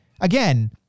again